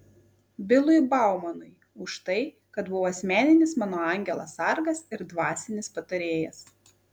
bilui baumanui už tai kad buvo asmeninis mano angelas sargas ir dvasinis patarėjas